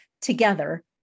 together